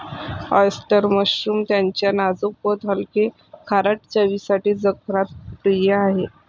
oyster mushroom त्याच्या नाजूक पोत हलके, खारट चवसाठी जगभरात प्रिय आहे